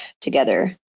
together